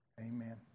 Amen